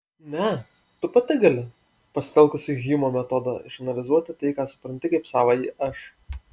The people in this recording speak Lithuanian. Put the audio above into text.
ne tu pati gali pasitelkusi hjumo metodą išanalizuoti tai ką supranti kaip savąjį aš